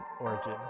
origin